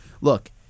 Look